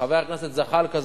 חבר הכנסת זחאלקה,